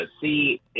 see